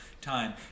time